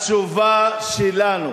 התשובה שלנו,